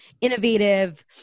innovative